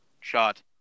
shot